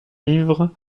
livre